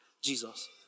Jesus